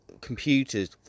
computers